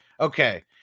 Okay